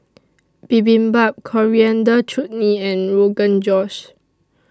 Bibimbap Coriander Chutney and Rogan Josh